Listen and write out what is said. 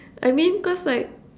I mean cause like